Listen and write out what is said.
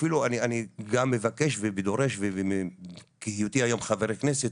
אפילו אני גם מבקש ודורש מהיותי היום חבר כנסת,